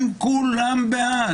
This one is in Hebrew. כולם בעד.